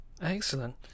Excellent